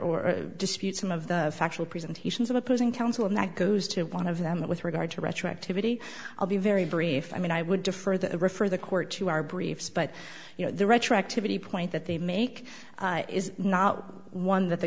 or dispute some of the factual presentations of opposing counsel and that goes to one of them with regard to retroactivity i'll be very brief i mean i would defer that i refer the court to our briefs but you know the retroactivity point that they make is not one that the